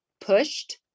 pushed